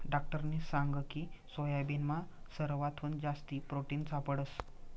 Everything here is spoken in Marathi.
डाक्टरनी सांगकी सोयाबीनमा सरवाथून जास्ती प्रोटिन सापडंस